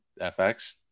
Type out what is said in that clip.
fx